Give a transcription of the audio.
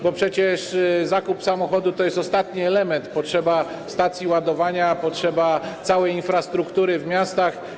Bo przecież zakup samochodów to jest ostatni element, potrzebna jest stacja ładowania, potrzebna jest cała infrastruktura w miastach.